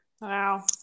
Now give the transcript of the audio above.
Wow